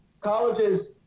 colleges